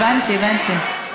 הבנתי, הבנתי.